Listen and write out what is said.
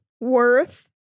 Worth